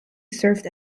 served